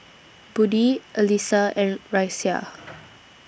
Budi Alyssa and Raisya